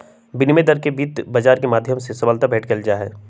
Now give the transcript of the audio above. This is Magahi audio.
विनिमय दर के वित्त बाजार के माध्यम से सबलता भेंट कइल जाहई